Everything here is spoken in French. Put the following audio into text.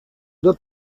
deux